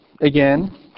Again